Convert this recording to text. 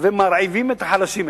ומרעיבים את החלשים,